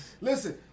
Listen